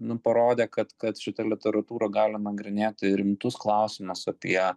nu parodė kad kad šita literatūra gali nagrinėti ir rimtus klausimus apie